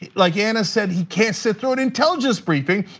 like ana said, he can't sit through an intelligence briefing,